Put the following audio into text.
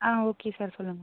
okay sir சொல்லுங்க